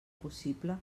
possible